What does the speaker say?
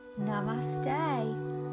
Namaste